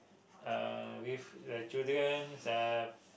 uh with a childrens uh